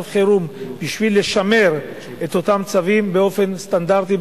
חירום בשביל לשמר את אותם צווים באופן סטנדרטי,